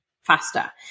faster